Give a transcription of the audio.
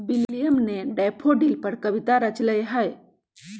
William ने daffodil पर कविता रच लय है